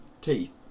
teeth